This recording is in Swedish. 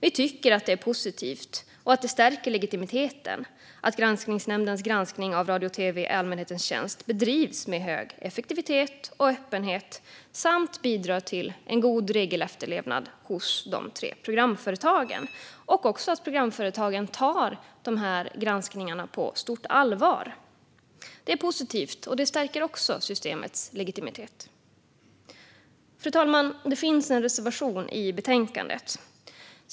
Vi tycker det är positivt och att det stärker legitimiteten att granskningsnämndens granskning av radio och tv i allmänhetens tjänst bedrivs med hög effektivitet och öppenhet samt bidrar till en god regelefterlevnad hos de tre programföretagen, och också att programföretagen tar granskningarna på stort allvar. Det är positivt och stärker också systemets legitimitet. Fru talman! Det finns en reservation i betänkandet.